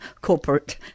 corporate